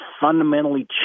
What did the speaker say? fundamentally